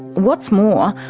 what's more,